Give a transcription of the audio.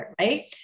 right